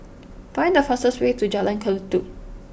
find the fastest way to Jalan Kelulut